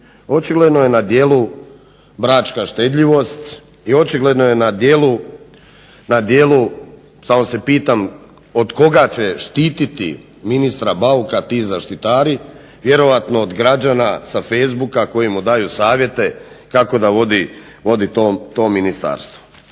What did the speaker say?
Očigledno je na djelu bračka štedljivost i očigledno je na djelu, samo se pitam od koga će štititi ministra Bauka ti zaštitari, vjerojatno od građana sa Facebooka koji mu daje savjete kako da vodi to ministarstvo.